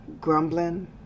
grumbling